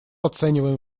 оцениваем